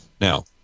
Now